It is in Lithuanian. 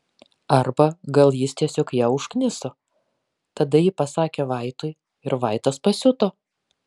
arba gal jis tiesiog ją užkniso tada ji pasakė vaitui ir vaitas pasiuto